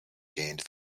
gained